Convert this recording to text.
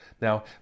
Now